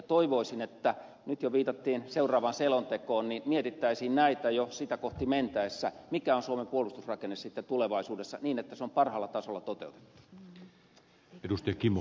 toivoisin kun nyt jo viitattiin seuraavaan selontekoon että mietittäisiin näitä jo sitä kohti mentäessä mikä on suomen puolustusrakenne sitten tulevaisuudessa niin että se on parhaalla tasolla toteutettu